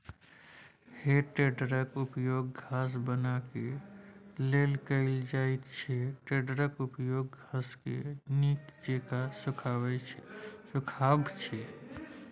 हे टेडरक उपयोग घास बनेबाक लेल कएल जाइत छै टेडरक उपयोग घासकेँ नीक जेका सुखायब छै